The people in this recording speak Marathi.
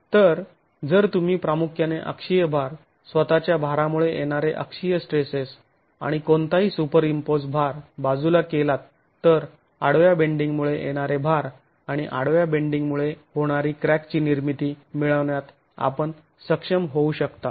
तर जर तुम्ही प्रामुख्याने अक्षीय भार स्वतःच्या भारामुळे येणारे अक्षीय स्ट्रेसेस आणि कोणताही सुपरइंम्पोज भार बाजूला केलात तर आडव्या बेंडिंग मुळे येणारे भार आणि आडव्या बेंडिंग मुळे होणारी क्रॅकची निर्मिती मिळवण्यात आपण सक्षम होऊ शकता